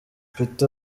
peter